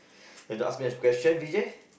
you have to ask me a question Vijay